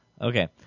Okay